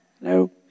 no